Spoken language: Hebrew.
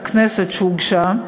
הכנסת שהוגשה,